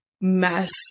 mess